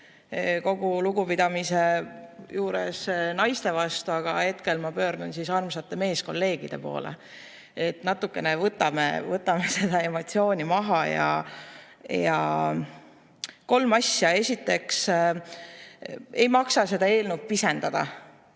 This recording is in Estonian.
Kogu lugupidamise juures naiste vastu ma hetkel pöördun armsate meeskolleegide poole. Võtame natukene seda emotsiooni maha. Kolm asja. Esiteks, ei maksa seda eelnõu pisendada.